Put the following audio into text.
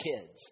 kids